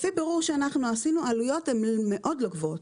לפי בירור שאנחנו עשינו העלויות הן מאוד לא גבוהות.